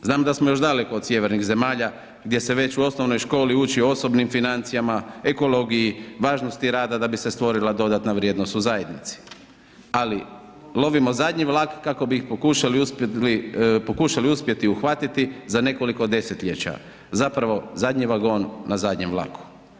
Znam da smo još daleko od sjevernih zemalja gdje se već u osnovnoj školi uči o osobnim financijama, ekologiji, važnosti rada da bi se stvorila dodatna vrijednost u zajednici, ali lovimo zadnji vlak kako bi ih pokušali uspjeti uhvatiti za nekoliko desetljeća, zapravo zadnji vagon na zadnjem vlaku.